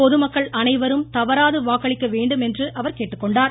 பொதுமக்கள் அனைவரும் தவறாது வாக்களிக்க வேண்டும் என்று அவர் கேட்டுக்கொண்டார்